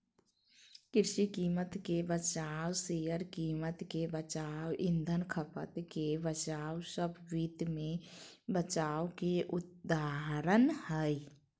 कृषि कीमत के बचाव, शेयर कीमत के बचाव, ईंधन खपत के बचाव सब वित्त मे बचाव के उदाहरण हय